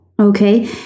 Okay